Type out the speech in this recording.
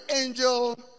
angel